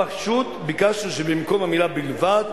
פשוט ביקשנו שבמקום המלה 'בלבד'